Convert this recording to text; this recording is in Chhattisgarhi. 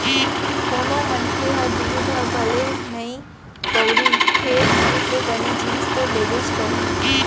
कोनों मनखे ह दूद ह भले नइ बउरही फेर दूद ले बने जिनिस तो लेबेच करही